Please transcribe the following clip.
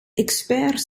experts